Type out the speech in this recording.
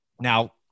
now